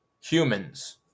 humans